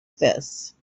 this